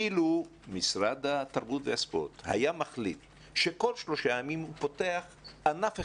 אילו משרד התרבות הספורט היה מחליט שכל שלושה ימים הוא פותח ענף אחד,